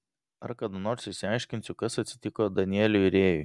ar kada nors išsiaiškinsiu kas atsitiko danieliui rėjui